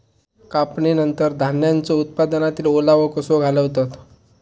कापणीनंतर धान्यांचो उत्पादनातील ओलावो कसो घालवतत?